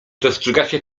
dostrzegacie